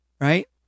Right